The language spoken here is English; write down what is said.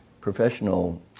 professional